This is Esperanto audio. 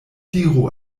diru